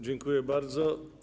Dziękuję bardzo.